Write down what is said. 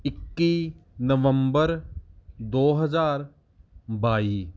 ਇੱਕੀ ਨਵੰਬਰ ਦੋ ਹਜ਼ਾਰ ਬਾਈ